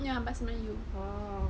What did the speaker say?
ya bahasa melayu